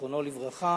זיכרונו לברכה.